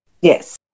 Yes